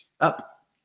up